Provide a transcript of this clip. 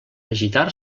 agitar